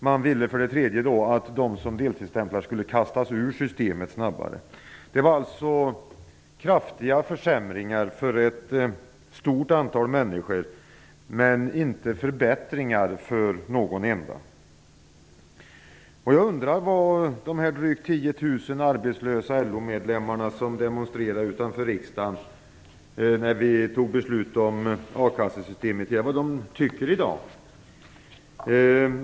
Man ville också att de deltidsarbetslösa skulle kastas ur systemet snabbare. Det var alltså fråga om kraftiga försämringar för ett stort antal människor och inte förbättringar för någon enda. Jag undrar vad de drygt 10 000 arbetslösa LO medlemmar som demonstrerade utanför riksdagen när vi fattade beslut om a-kassesystemet tycker i dag.